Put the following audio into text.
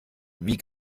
wie